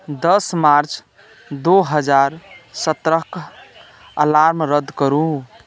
दश मार्च दू हजार सत्रहक अलार्म रद्द करू